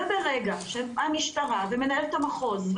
ברגע שהמשטרה ומנהלת המחוז,